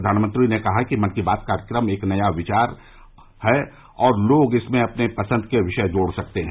प्रधानमंत्री ने कहा है कि मन की बात कार्यक्रम एक नया विचार है और लोग इसमें अपनी पसंद के विषय जोड़ सकते हैं